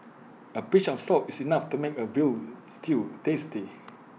A pinch of salt is enough to make A Veal Stew tasty